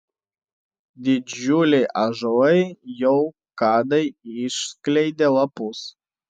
didžiuliai ąžuolai jau kadai išskleidė lapus